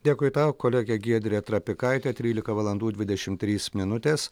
dėkui tau kolegė giedrė trapikaitė trylika valandų dvidešimt trys minutės